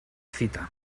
cita